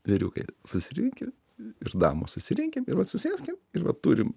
vyriukai susirinkit ir damos susirinkim ir vat susėskim ir va turim